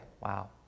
wow